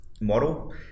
model